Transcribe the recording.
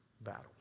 battle